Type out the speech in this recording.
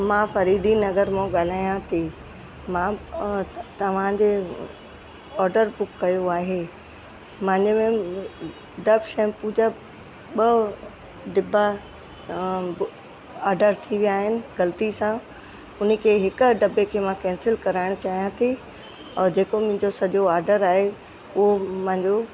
मां फ़रीदीनगर मां ॻाल्हायां थी मां तव्हांजे ऑडर बुक कयो आहे मुंहिंजे में डव शैम्पू जा ॿ दब्बा आडर थी विया आहिनि ग़लती सां हुनखे हिक दब्बे खे मां कैंसिल कराइण चाहियां थी ऐं जेको मुंहिंजो सॼो ऑडर आहे उहो मुहिंजो